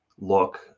look